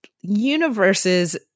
universes